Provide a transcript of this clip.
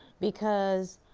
because